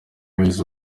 moyes